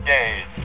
Days